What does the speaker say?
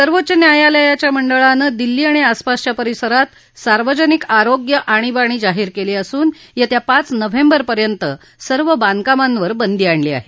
सर्वोच्च न्यायालयाच्या मंडळानं दिल्ली आणि आसपासच्या परिसरात सार्वजनिक आरोग्य आणीबाणी जाहीर केली असून येत्या पाच नोव्हेंबरपर्यंत सर्व बांधकामांवर बंदी आणली आहे